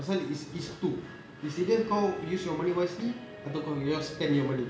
pasal it's it's two it's either kau use your money wisely atau your spend your money